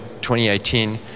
2018